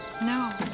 no